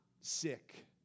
sick